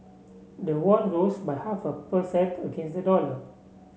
the won rose by half a per cent against the dollar